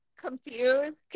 confused